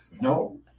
No